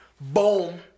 Boom